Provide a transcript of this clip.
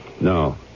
No